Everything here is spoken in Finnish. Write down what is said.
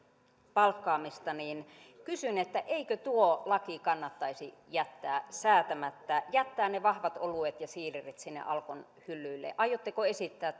palkkaamista niin kysyn eikö tuo laki kannattaisi jättää säätämättä jättää ne vahvat oluet ja siiderit sinne alkon hyllyille aiotteko esittää